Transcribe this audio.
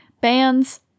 Bands